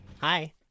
Hi